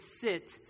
sit